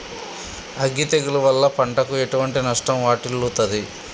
అగ్గి తెగులు వల్ల పంటకు ఎటువంటి నష్టం వాటిల్లుతది?